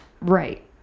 Right